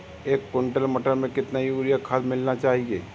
एक कुंटल मटर में कितना यूरिया खाद मिलाना चाहिए?